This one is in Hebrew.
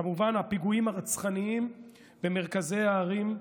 כמובן, הפיגועים הרצחניים במרכזי הערים,